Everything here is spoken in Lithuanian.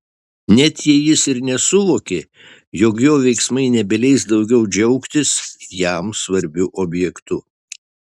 net jei jis ir nesuvokė jog jo veiksmai nebeleis daugiau džiaugtis jam svarbiu objektu